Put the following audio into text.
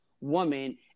woman